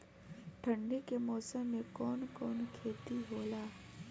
ठंडी के मौसम में कवन कवन खेती होला?